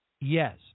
Yes